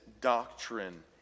doctrine